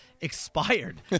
expired